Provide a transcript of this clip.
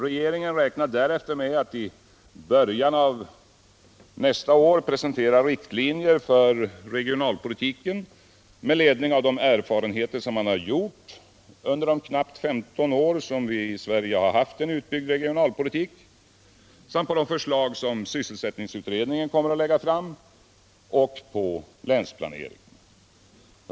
Regeringen räknar därefter med att i början av nästa år presentera riktlinjer för regionalpolitiken med ledning av de erfarenheter som man har gjort under de knappt 15 år som vi i Sverige har haft en utbyggd regionalpolitik samt på de förslag som sysselsättningsutredningen kommer att lägga fram och på länsplaneringen.